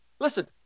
Listen